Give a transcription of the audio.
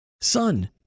son